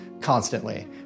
constantly